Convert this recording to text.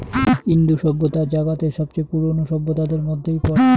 ইন্দু সভ্যতা জাগাতের সবচেয়ে পুরোনো সভ্যতাদের মধ্যেই পরাং